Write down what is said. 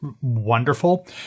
wonderful